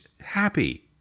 happy